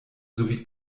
sowie